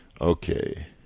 Okay